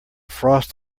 frost